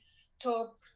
stop